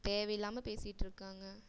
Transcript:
தேவை இல்லாமல் பேசிகிட்ருக்காங்க